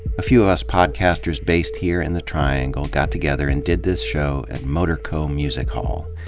a few of us podcasters based here in the triangle got together and did this show at motorco music hall.